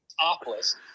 topless